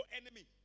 enemy